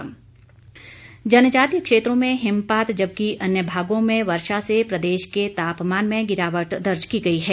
मौसम जनजातीय क्षेत्रों में हिमपात जबकि अन्य भागों में वर्षा से प्रदेश के तापमान में गिरावट दर्ज की गई है